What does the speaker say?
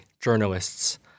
journalists